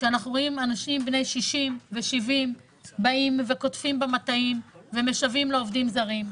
כשאנחנו רואים אנשים בני 60 ו-70 קוטפים במטעים ומשוועים לעובדים זרים.